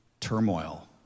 turmoil